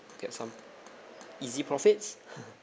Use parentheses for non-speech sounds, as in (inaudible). get some easy profits (laughs)